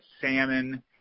salmon